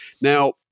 Now